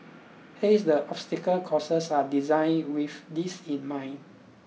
hence the obstacle courses are designed with this in mind